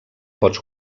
pots